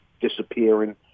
disappearing